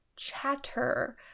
chatter